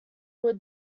would